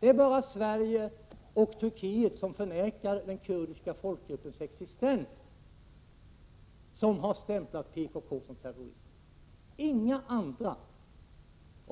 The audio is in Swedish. Det är bara Sverige och Turkiet som förnekar den kurdiska folkgruppens rätt till existens och som har stämplat PKK som terrorister, inga andra.